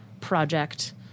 project